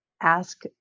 ask